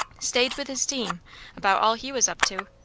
staid with his team about all he was up to.